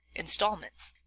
installments.